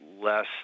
less